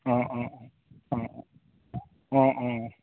অঁ অঁ অঁ অঁ অঁ অঁ